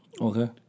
Okay